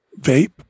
vape